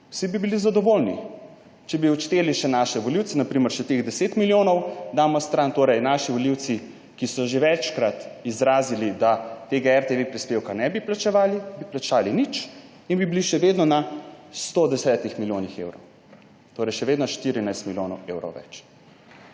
vsi bi bili zadovoljni. Če bi odšteli še naše volivce, na primer še teh 10 milijonov damo stran, torej naši volivci, ki so že večkrat izrazili, da tega RTV prispevka ne bi plačevali, bi plačali nič in bi bili še vedno na 110 milijonih evrov, torej še vedno 14 milijonov evrov več.